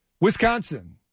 Wisconsin